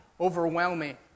overwhelming